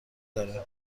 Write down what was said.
داره